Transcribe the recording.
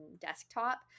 desktop